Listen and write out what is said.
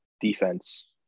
defense